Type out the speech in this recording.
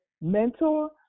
mentor